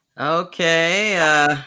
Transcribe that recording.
okay